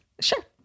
Sure